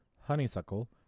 honeysuckle